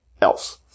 else